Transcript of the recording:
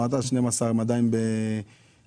והיא אמרה לי: אני אביא לך רשימה כמה פעמים קיבלת סעד.